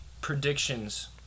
predictions